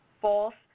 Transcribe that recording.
false